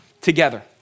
together